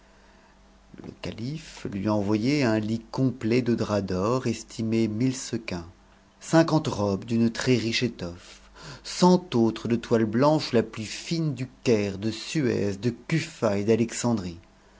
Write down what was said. le calife lui envoyait un lit complet de drap d'or estimé mitte sequins cinquanterobesd'une très-riche étone centautres de toile blanche a fine du caire de suez de cufa et d'alexandrie